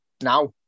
now